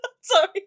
sorry